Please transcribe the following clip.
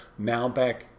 Malbec